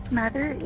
mother